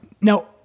Now